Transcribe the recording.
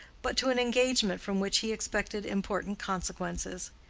but to an engagement from which he expected important consequences.